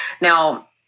Now